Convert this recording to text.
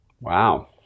Wow